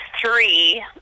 three